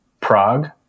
Prague